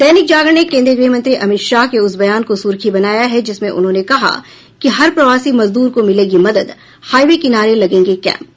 दैनिक जागरण ने केंद्रीय गृह मंत्री अमित शाह के उस बयान को सुर्खी बनाया है जिसमें उन्होंने कहा है कि हर प्रवासी मजदूर को मिलेगी मदद हाईवे किनारे लगेंगे कैंप